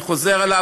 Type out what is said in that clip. אני חוזר על זה,